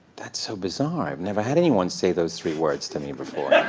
that's so bizarre. i've never had anyone say those three words to me before.